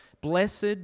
blessed